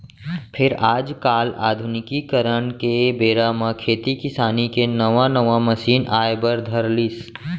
फेर आज काल आधुनिकीकरन के बेरा म खेती किसानी के नवा नवा मसीन आए बर धर लिस